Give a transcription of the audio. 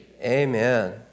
Amen